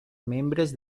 membres